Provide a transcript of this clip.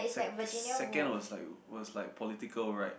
sec second was like was like political right